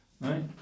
Right